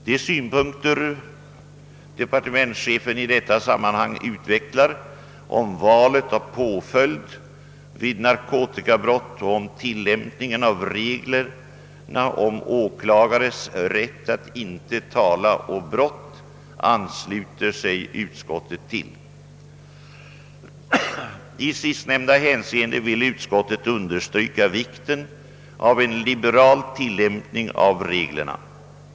De synpunkter han i detta sammanhang utvecklar om valet av påföljd vid narkotikabrott och om tilllämpningen av reglerna om åklagares rätt att icke tala å brott ansluter sig utskottet till. I sistnämnda hänseende vill utskottet understryka vikten av en liberal tillämpning av reglerna.